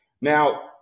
Now